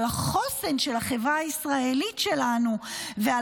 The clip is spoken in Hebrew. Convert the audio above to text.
על החוסן של החברה הישראלית שלנו ועל